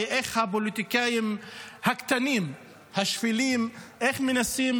ואיך הפוליטיקאים הקטנים השפלים משתמשים